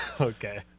Okay